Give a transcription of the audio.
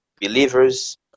believers